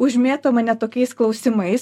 užmėto mane tokiais klausimais